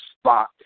spot